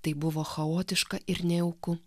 tai buvo chaotiška ir nejauku